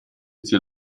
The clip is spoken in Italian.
zia